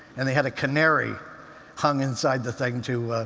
and they had a canary hung inside the thing to